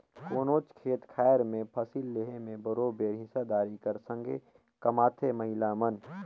कोनोच खेत खाएर में फसिल लेहे में बरोबेर हिस्सादारी कर संघे कमाथें महिला मन